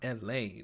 LA